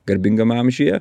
garbingam amžiuje